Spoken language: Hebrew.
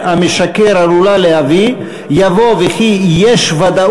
עיסאווי פריג' ותמר